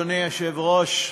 אדוני היושב-ראש,